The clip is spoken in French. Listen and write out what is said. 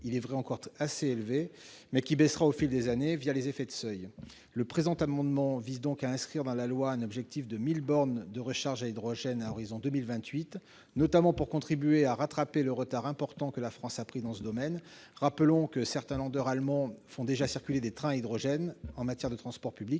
il est vrai encore assez élevé, mais qui baissera au fil des années, à la faveur des effets de seuil. Le présent amendement vise à inscrire dans la loi un objectif de 1 000 bornes de recharge à hydrogène à l'horizon de 2028, notamment pour contribuer à rattraper le retard important que la France a pris dans ce domaine. Certains allemands font déjà circuler des trains à hydrogène, en collaboration